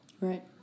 Right